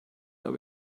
aber